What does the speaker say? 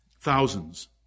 thousands